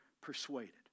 persuaded